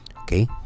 Okay